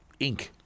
Inc